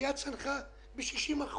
אין לנו כסף לקנות מדחום, הגבייה צנחה ב-60%.